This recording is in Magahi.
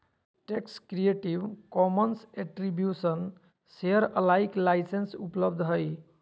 text creative commons attribution share alike license उपलब्ध हइ